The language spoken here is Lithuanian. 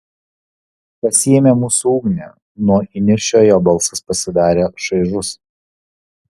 pasiėmė mūsų ugnį nuo įniršio jo balsas pasidarė šaižus